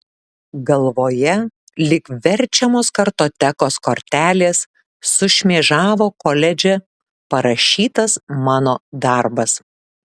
galvoje lyg verčiamos kartotekos kortelės sušmėžavo koledže parašytas mano darbas